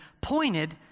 pointed